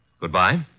Goodbye